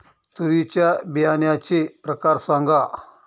तूरीच्या बियाण्याचे प्रकार सांगा